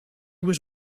was